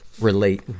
relate